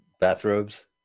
bathrobes